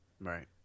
right